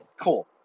Cool